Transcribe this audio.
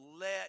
let